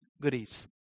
goodies